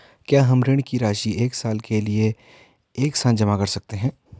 क्या हम ऋण की राशि एक साल के लिए एक साथ जमा कर सकते हैं?